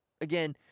Again